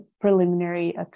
preliminary